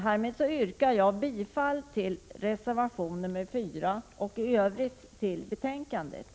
Härmed yrkar jag bifall till reservation 4 och i övrigt bifall till utskottets hemställan.